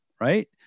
right